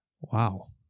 wow